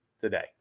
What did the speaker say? today